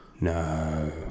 No